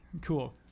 Cool